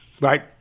Right